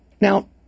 Now